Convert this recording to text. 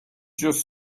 just